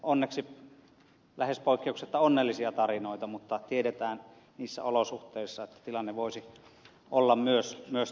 on onneksi lähes poikkeuksetta onnellisia tarinoita mutta tiedetään niissä olosuhteissa että tilanne voisi olla myös toisin